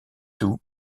tout